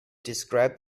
described